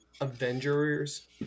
avengers